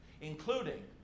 including